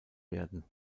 werden